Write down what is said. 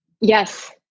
Yes